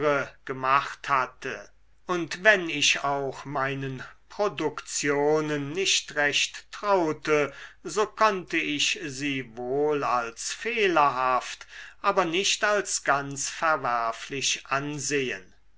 gemacht hatte und wenn ich auch meinen produktionen nicht recht traute so konnte ich sie wohl als fehlerhaft aber nicht als ganz verwerflich ansehen